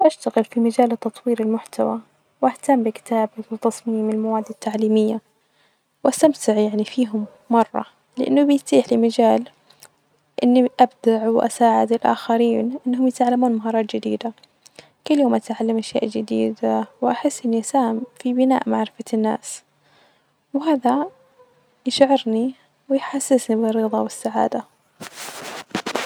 أول وظيفة لي كانت مساعده في مكتبة .كنت أساعد في تنظيم الكتب ،ومساعدة الزوار في العثور علي المواد ،وأستمتعت بهذه الوظيفة ،لأنها كانت هادئة وتمنحني فرصة للقراءة ،كانت تجربة بصراحة مريحة ،وحبيت البيئة المحيطة بالكتب والمعرفة.